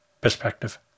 perspective